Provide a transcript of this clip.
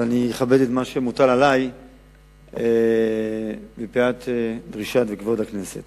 אבל אני אכבד את מה שמוטל עלי מפאת דרישת הכנסת